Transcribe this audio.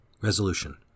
Resolution